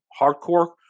hardcore